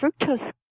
fructose